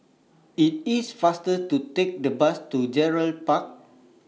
IT IS faster to Take The Bus to Gerald Park